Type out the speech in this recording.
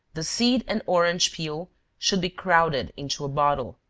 the seed and orange peel should be crowded into a bottle,